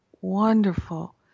wonderful